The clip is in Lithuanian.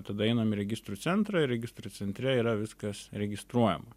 tada einam į registrų centrą ir registrų centre yra viskas registruojama